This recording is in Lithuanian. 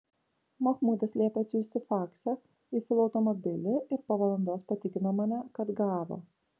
mahmudas liepė atsiųsti faksą į filo automobilį ir po valandos patikino mane kad gavo